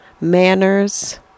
manners